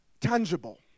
tangible